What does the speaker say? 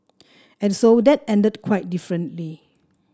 and so that ended quite differently